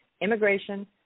immigration